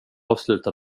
avsluta